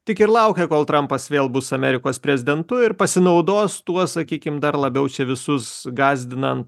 tik ir laukia kol trampas vėl bus amerikos prezidentu ir pasinaudos tuo sakykim dar labiau visus gąsdinant